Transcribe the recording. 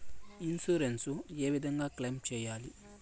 Insurance ఏ విధంగా claim సేయాలి?